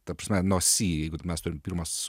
ta prasme nuo si jeigu mes turim pirmą